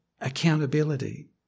accountability